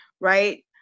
right